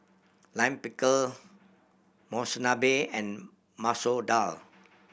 Lime Pickle Monsunabe and Masoor Dal